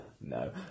no